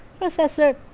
processor